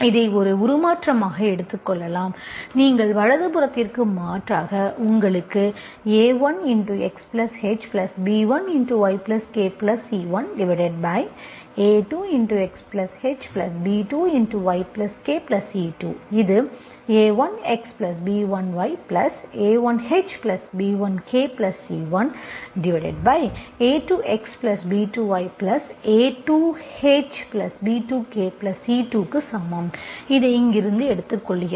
இதை ஒரு உருமாற்றமாக எடுத்துக் கொள்ளுங்கள் நீங்கள் வலது புறத்திற்கு மாற்றாக உங்களுக்கு a1Xhb1YkC1a2Xhb2YkC2 இது a1Xb1Ya1hb1k C1a2Xb2Ya2hb2kC2 க்கு சமம் அதை இங்கிருந்து எடுத்துக்கொள்கிறது